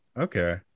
Okay